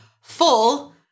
full